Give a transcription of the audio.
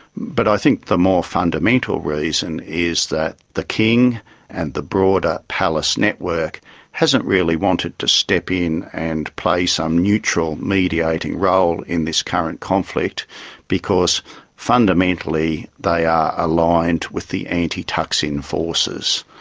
but i think the more fundamental reason is that the king and the broader palace network hasn't really wanted to step in and play some neutral mediating role in this current conflict because fundamentally they are aligned with the anti-thaksin forces.